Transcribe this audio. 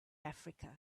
africa